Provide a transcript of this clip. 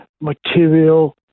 material